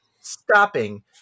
stopping